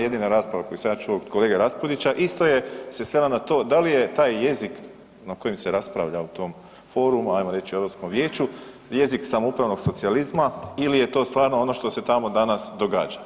Jedina rasprava koju sam ja čuo od kolege Raspudića isto se svela na to da li je taj jezik na koji se raspravlja na tom forumu, hajmo reći Europskom vijeću jezik samoupravnog socijalizma ili je to stvarno ono što se tamo danas događa.